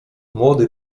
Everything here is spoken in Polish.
młody